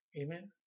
Amen